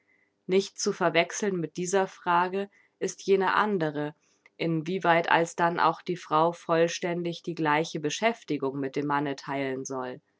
nicht zu verwechseln mit dieser frage ist jene andre in wie weit alsdann auch die frau vollständig die gleiche beschäftigung mit dem manne theilen soll